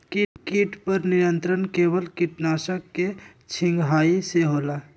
किट पर नियंत्रण केवल किटनाशक के छिंगहाई से होल?